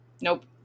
Nope